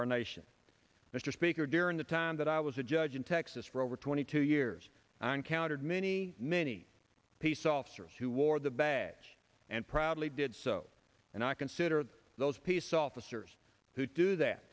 our nation mr speaker during the time that i was a judge in texas for over twenty two years i encountered many many peace officers who wore the badge and proudly did so and i consider those peace officers who do that